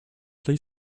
play